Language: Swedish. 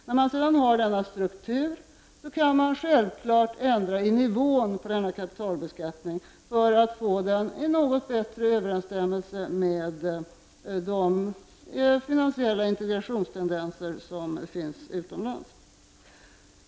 När man sedan har denna struktur kan man självfallet ändra nivån på denna kapitalbeskattning, för att få den att stå i någon bättre överensstämmelse med de finansiella integrationstendenserna utomlands.